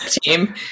team